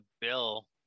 bill